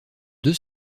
deux